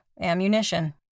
ammunition